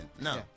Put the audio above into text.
No